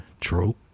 True